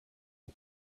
the